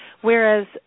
Whereas